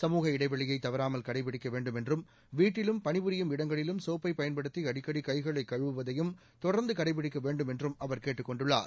சமூக இடைவெளியை தவறாமல் கடைபிடிக்க வேண்டும் என்றும் வீட்டிலும் பணிபுரியும் இடங்களிலும் சோப்பை பயன்படுத்தி அடிக்கடி கைகளை கழுவுவதையும் தொடர்ந்து கடைபிடிக்க வேண்டும் என்றும் அவர் கேட்டுக் கொண்டுள்ளார்